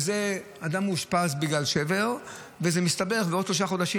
אדם מאושפז בגלל שבר וזה מסתבך ובעוד שלושה חודשים